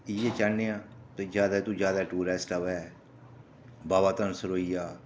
इ'यै चाह्नें आं कि जादै कोला जादै टुरिस्ट आवै बाबा धनसर होई गेआ